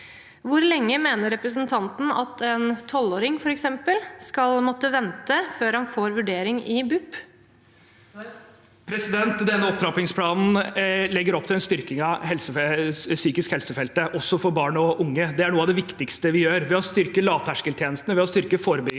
Hvor lenge mener representanten at f.eks. en tolvåring skal måtte vente før han får vurdering i BUP? Even A. Røed (A) Denne opptrappings- planen legger opp til en styrking av psykisk helse-feltet, også for barn og unge. Det er noe av det viktigste vi gjør. Ved å styrke lavterskeltjenestene, ved å styrke forebyggingen